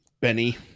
Benny